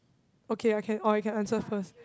okay I can oh you can answer first